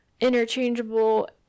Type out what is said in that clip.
interchangeable